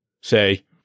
say